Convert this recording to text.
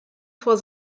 vor